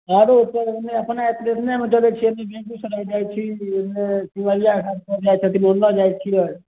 आगे सब हम्मे अपने एतने दौड़ै छियै कि ओहिमे सिमरिआ घाटपर जाइ छथिन ओन्ने जाइ छियै